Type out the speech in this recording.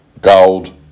gold